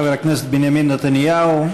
חבר הכנסת בנימין נתניהו,